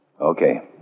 Okay